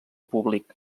públic